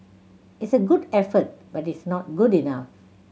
it's a good effort but it's not good enough